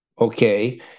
okay